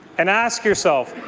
and ask yourself,